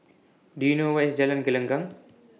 Do YOU know Where IS Jalan Gelenggang